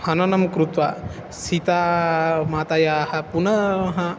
हननं कृत्वा सीतामातरं पुनः